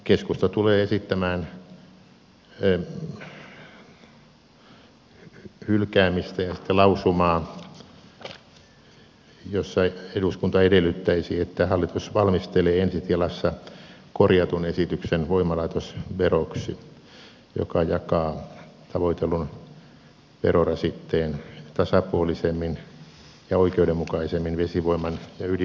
keskusta tulee esittämään hylkäämistä ja lausumaa jossa eduskunta edellyttäisi että hallitus valmistelee ensi tilassa korjatun esityksen voimalaitosveroksi joka jakaa tavoitellun verorasitteen tasapuolisemmin ja oikeudenmukaisemmin vesivoiman ja ydinvoiman kesken